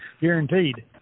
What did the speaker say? guaranteed